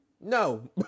no